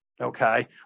Okay